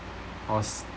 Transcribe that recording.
alls